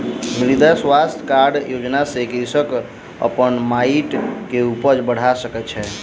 मृदा स्वास्थ्य कार्ड योजना सॅ कृषक अपन माइट के उपज बढ़ा सकै छै